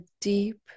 deep